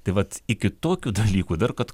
tai vat iki tokių dalykų dar kad